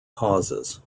causes